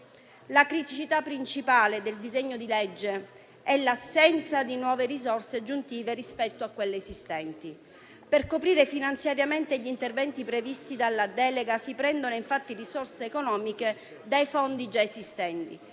La criticità principale del disegno di legge è l'assenza di nuove risorse, aggiuntive rispetto a quelle esistenti. Per coprire i finanziamenti agli interventi previsti dalla delega si prendono, infatti, risorse economiche dai fondi già esistenti: